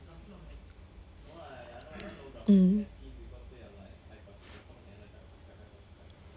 mm